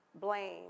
blame